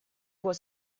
was